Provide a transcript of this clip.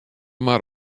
mar